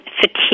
fatigue